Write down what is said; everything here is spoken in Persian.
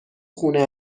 خونه